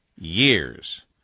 years